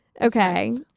Okay